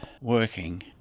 working